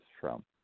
Trump